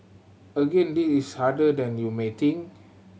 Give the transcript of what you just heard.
again this is harder than you may think